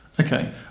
Okay